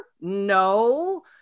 No